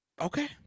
Okay